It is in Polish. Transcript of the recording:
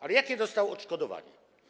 Ale jakie dostał odszkodowanie?